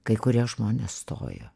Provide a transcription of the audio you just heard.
kai kurie žmonės stojo